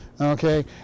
okay